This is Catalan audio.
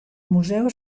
museu